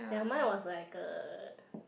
then mine was like uh